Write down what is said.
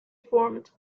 formed